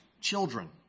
children